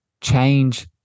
change